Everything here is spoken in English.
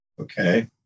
okay